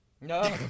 No